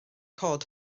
cod